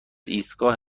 ایستگاه